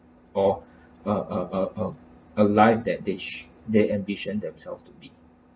a right or a a a a a life that they shou~ they envision themselves to be